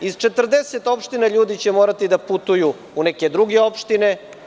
Iz 40 opština ljudi će morati da putuju u neke druge opštine.